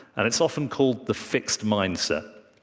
and it's often called the fixed mindset.